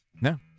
No